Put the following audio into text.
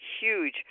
huge